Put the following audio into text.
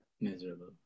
Miserable